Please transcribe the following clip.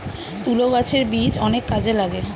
তুলো গাছের বীজ অনেক কাজে লাগে